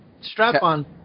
strap-on